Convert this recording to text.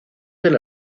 del